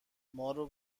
مارو